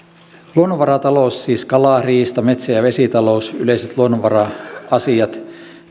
luonnonvaratalous siis kala riista metsä ja vesitalous yleiset luonnonvara asiat